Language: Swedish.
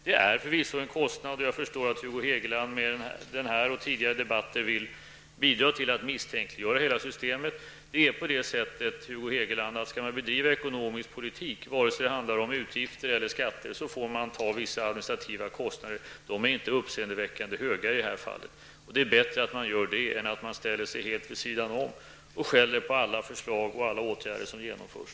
Det är förvisso en kostnad, och jag förstår att Hugo Hegeland med den här och tidigare debatten vill bidra till att misstänkliggöra hela systemet. Men, Hugo Hegeland, skall man bedriva ekonomisk politik, vare sig det handlar om utgifter eller skatter, får man acceptera vissa administrativa kostnader. De är inte uppseendeväckande höga i det här fallet. Det är bättre att man gör det än att man ställer sig helt vid sidan av och skäller på alla förslag och alla åtgärder som genomförs.